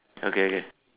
okay okay